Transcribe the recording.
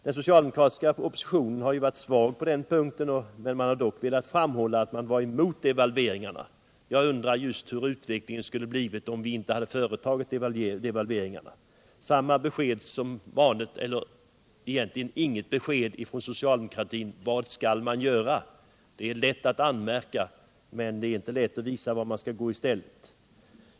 Den socialdemokratiska oppositionen har varit svag på den punkten, men man har dock velat framhålla att man motsatt sig delvalveringarna. Jag undrar just hur utvecklingen skulle ha blivit om vi inte företagit devalveringarna. Vi har fått samma besked som vanligt, eller egentligen inget besked alls, från socialdemokratin på frågan: Vad skall man göra? Det är lätt att anmärka, men det är inte lätt att visa vad man skall göra i stället.